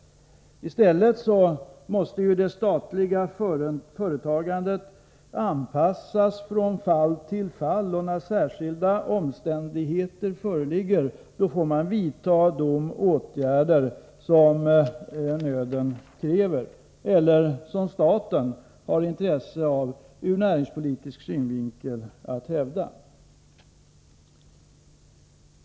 I stället måste det statliga företagandet anpassas från fall till fall. När särskilda omständigheter föreligger, får man vidta de åtgärder som nöden kräver eller som staten har intresse av ur näringspolitisk synvinkel.